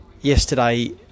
yesterday